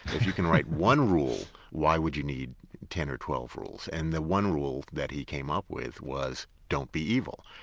if you can write one rule, why would you need ten or twelve rules? and the one rule that he came up with was don't be evil.